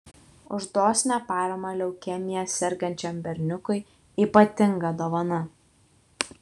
už dosnią paramą leukemija sergančiam berniukui ypatinga dovana